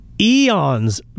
eons